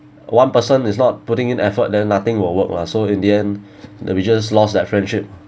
one person is not putting in effort then nothing will work mah so in the end that we just lost that friendship